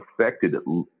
affected